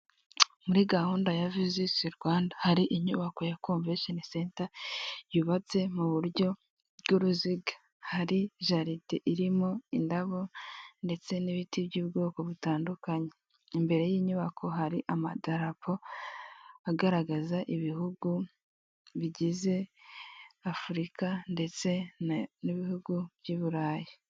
Muri gahunda ya visiti Rwanda hari inyubako ya komveshoni senta yubatse mu buryo bw'uruziga hari jati irimo indabo ndetse n'ibiti by'ubwoko butandukanye imbere y'inyubako hari amadarapo agaragaza ibihugu bigize afurika ndetse n'ibihugu by'i burayi.